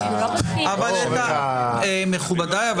מכובדיי,